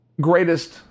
greatest